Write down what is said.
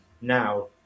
now